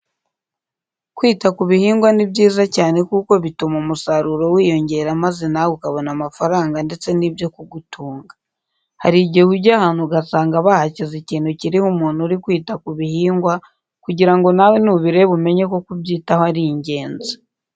Kwita ku bihingwa ni byiza cyane kuko bituma umusaruro wiyongera maze nawe ukabona amafaranga ndetse n'ibyo kugutunga. Hari igihe ujya ahantu ugasanga bahashyize ikintu kiriho umuntu uri kwita ku bihingwa kugira ngo nawe nubireba umenye ko kubyitaho ari ingenzi.